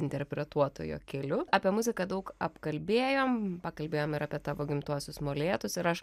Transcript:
interpretuotojo keliu apie muziką daug apkalbėjom pakalbėjom ir apie tavo gimtuosius molėtus ir aš